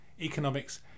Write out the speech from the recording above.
economics